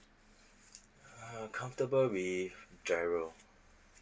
err comfortable with giro